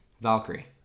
Valkyrie